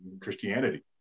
Christianity